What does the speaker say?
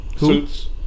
Suits